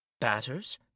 batters